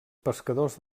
pescadors